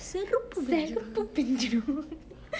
செருப்பு பிஞ்சிரு:seruppu pinjiru